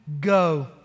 go